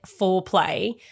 foreplay